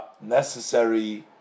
necessary